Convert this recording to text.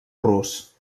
rus